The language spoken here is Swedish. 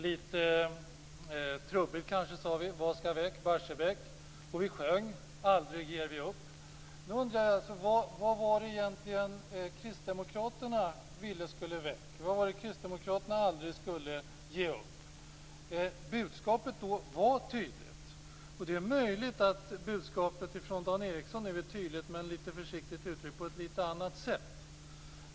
Vi sade, kanske litet trubbigt: Vad skall väck? Barsebäck! Och vi sjöng: Aldrig ger vi upp. Nu undrar jag: Vad var det egentligen kristdemokraterna ville ha väck? Vad var det kristdemokraterna aldrig skulle ge upp? Budskapet då var tydligt. Det är möjligt att budskapet från Dan Ericsson nu också är tydligt, men - försiktigt uttryckt - på ett litet annat sätt.